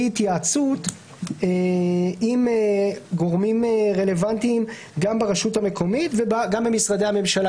התייעצות עם גורמים רלוונטיים גם ברשות המקומית וגם במשרדי הממשלה,